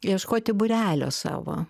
ieškoti būrelio savo